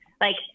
Like-